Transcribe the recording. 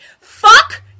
fuck